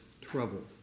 trouble